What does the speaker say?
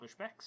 pushbacks